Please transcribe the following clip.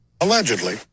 Allegedly